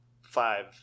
five